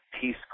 Peace